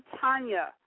Tanya